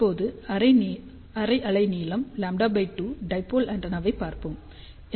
இப்போது அரை அலைநீளம் λ 2 டைபோல் ஆண்டெனாவைப் பார்ப்போம்